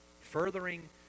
Furthering